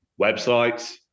websites